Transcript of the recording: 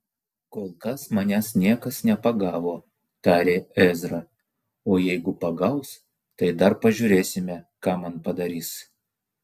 kol kas manęs niekas nepagavo tarė ezra o jeigu pagaus tai dar pažiūrėsime ką man padarys